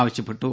ആവശ്യപ്പെട്ടു